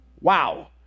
Wow